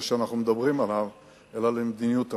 שאנחנו מדברים עליו אלא למדיניות הפנים,